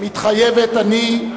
"מתחייבת אני",